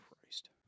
Christ